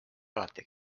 alati